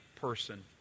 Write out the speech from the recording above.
person